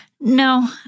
No